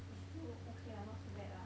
it's still okay lah not so bad lah